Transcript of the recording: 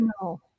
No